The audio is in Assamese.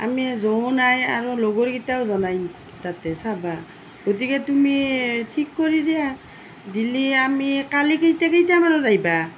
আমি যোৱাও নাই আৰু লগৰীকেইটাও যোৱা নাই তাতে চাব গতিকে তুমি ঠিক কৰি দিয়া দিলে আমি কালি কেইটা কেইটামানত আহিবা